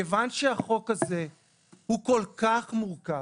מכיוון שהחוק הזה הוא כל כך מורכב,